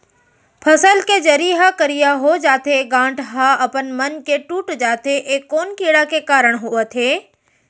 फसल के जरी ह करिया हो जाथे, गांठ ह अपनमन के टूट जाथे ए कोन कीड़ा के कारण होवत हे?